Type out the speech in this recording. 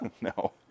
No